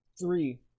three